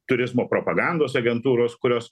turizmo propagandos agentūros kurios